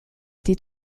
été